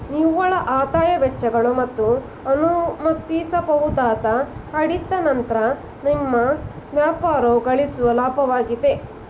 ನಿವ್ವಳಆದಾಯ ವೆಚ್ಚಗಳು ಮತ್ತು ಅನುಮತಿಸಬಹುದಾದ ಕಡಿತಗಳ ನಂತ್ರ ನಿಮ್ಮ ವ್ಯಾಪಾರವು ಗಳಿಸುವ ಲಾಭವಾಗಿದೆ